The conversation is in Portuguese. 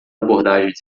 abordagens